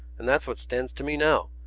and that's what stands to me now.